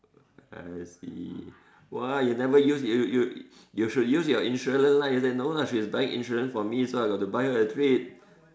I see !wah! you never use you you should use your insurance lah you say no lah she's buying insurance from me so I got to buy her a treat